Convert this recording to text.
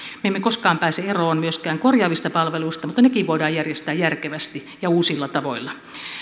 me emme koskaan pääse eroon myöskään korjaavista palveluista mutta nekin voidaan järjestää järkevästi ja uusilla tavoilla